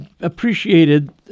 appreciated